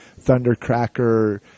Thundercracker